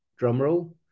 drumroll